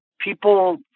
people